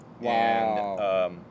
Wow